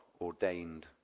ordained